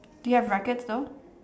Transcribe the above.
do you have rackets though